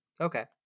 Okay